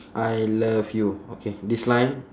I love you okay this line